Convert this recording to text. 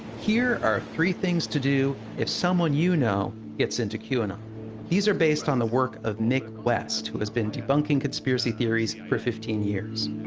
here are three things to do if someone you know gets into qanon. these are based on the work of mick west, who has been debunking conspiracy theories for fifteen years.